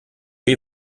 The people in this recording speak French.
est